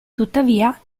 tuttavia